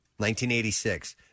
1986